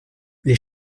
les